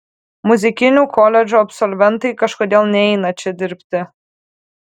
muzikinių koledžų absolventai kažkodėl neina čia dirbti